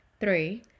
Three